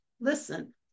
Listen